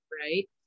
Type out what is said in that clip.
Right